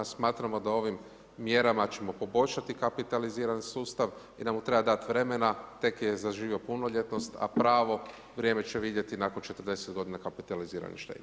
Smatramo da ovim mjerama ćemo poboljšati kapitaliziran sustav i da mu treba dati vremena, tek je zaživio punoljetnost, a pravo vrijeme će vidjeti nakon 40 g. kapitalizirane štednje.